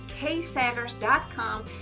ksanders.com